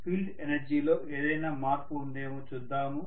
field energy లో ఏదైనా మార్పు ఉందేమో చూద్దాము